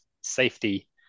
safety